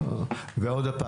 ושוב,